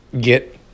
get